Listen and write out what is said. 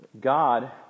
God